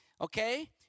okay